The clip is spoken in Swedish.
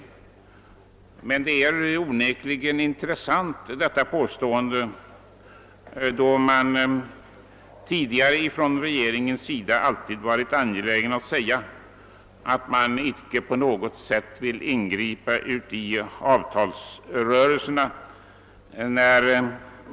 Påståendet är dock onekligen intressant mot bakgrunden av att regeringen tidigare alltid varit angelägen om att icke på något sätt ingripa i avtalsrörelserna.